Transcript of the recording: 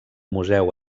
museu